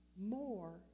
more